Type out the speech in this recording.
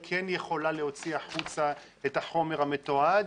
היא כן יכולה להוציא החוצה את החומר המתועד,